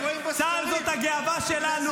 בגלל זה אתם כל כך גבוהים בסקרים.